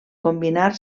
combinar